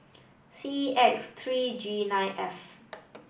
C X three G nine F